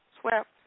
swept